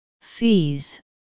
Fees